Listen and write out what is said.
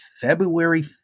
February